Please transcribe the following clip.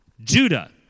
Judah